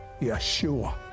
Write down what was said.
Yeshua